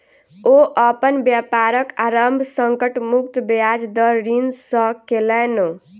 ओ अपन व्यापारक आरम्भ संकट मुक्त ब्याज दर ऋण सॅ केलैन